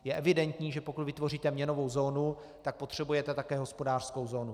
Je evidentní, že pokud vytvoříte měnovou zónu, tak potřebujete také hospodářskou zónu.